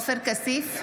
עופר כסיף,